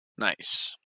Nice